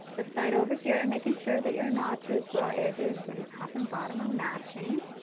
the side over here and making sure that your notches, raw edges and top and bottom are matching.